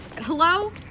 Hello